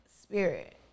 spirit